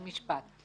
זה משפט.